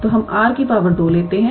तो हम 𝑟 2 लेते हैं